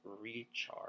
recharge